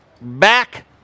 back